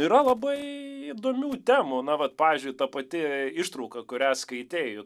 yra labai įdomių temų na vat pavyzdžiui ta pati ištrauka kurią skaitei